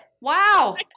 Wow